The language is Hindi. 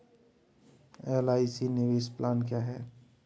एल.आई.सी निवेश प्लान क्या है?